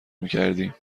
میکردیم